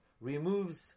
removes